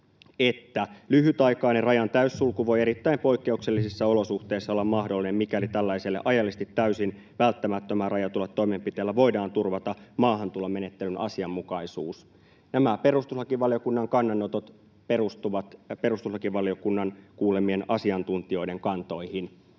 että ”lyhytaikainen rajan täyssulku voi erittäin poikkeuksellisissa olosuhteissa olla mahdollinen, mikäli tällaisella ajallisesti täysin välttämättömään rajatulla toimenpiteellä voidaan turvata maahantulomenettelyn asianmukaisuus”. Nämä perustuslakivaliokunnan kannanotot perustuvat perustuslakivaliokunnan kuulemien asiantuntijoiden kantoihin.